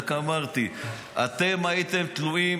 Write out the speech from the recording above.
רק אמרתי, אתם הייתם תלויים